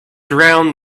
drown